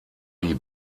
die